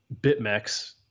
BitMEX